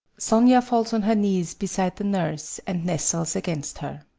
sonia falls on her knees beside the nurse and nestles against her.